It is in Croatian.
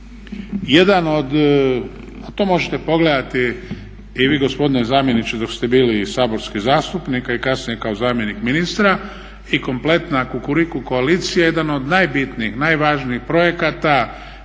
Jedan od, to možete pogledati, i vi gospodine zamjeniče dok ste bili saborski zastupnik, a i kasnije kao zamjenik ministra i kompletna Kukuriku koalicija jedan od najbitnijih, najvažnijih projekata